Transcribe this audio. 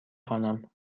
خوانم